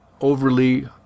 overly